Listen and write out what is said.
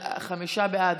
חמישה בעד,